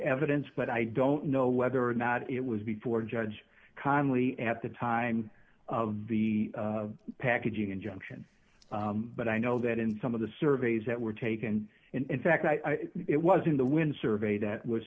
evidence but i don't know whether or not it was before judge conley at the time of the packaging injunction but i know that in some of the surveys that were taken in fact it was in the wind survey that was